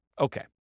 Okay